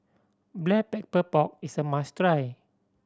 Black Pepper Pork is a must try